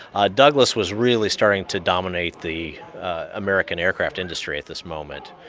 ah douglas was really starting to dominate the american aircraft industry at this moment.